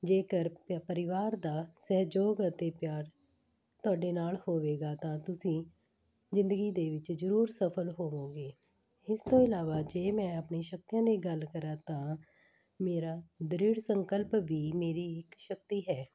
ਜੇਕਰ ਪ ਪਰਿਵਾਰ ਦਾ ਸਹਿਯੋਗ ਅਤੇ ਪਿਆਰ ਤੁਹਾਡੇ ਨਾਲ ਹੋਵੇਗਾ ਤਾਂ ਤੁਸੀਂ ਜ਼ਿੰਦਗੀ ਦੇ ਵਿੱਚ ਜ਼ਰੂਰ ਸਫ਼ਲ ਹੋਵੋਂਗੇ ਇਸ ਤੋਂ ਇਲਾਵਾ ਜੇ ਮੈਂ ਆਪਣੀ ਸ਼ਕਤੀਆਂ ਦੀ ਗੱਲ ਕਰਾਂ ਤਾਂ ਮੇਰਾ ਦ੍ਰਿੜ ਸੰਕਲਪ ਵੀ ਮੇਰੀ ਇੱਕ ਸ਼ਕਤੀ ਹੈ